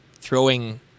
throwing